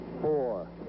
four